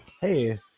Hey